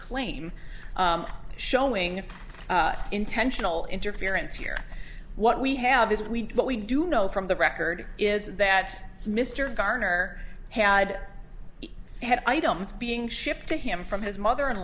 claim showing intentional interference here what we have is we what we do know from the record is that mr garner had had items being shipped to him from his mother in